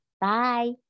Bye